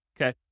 okay